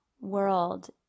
world